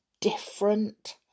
different